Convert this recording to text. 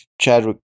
Chadwick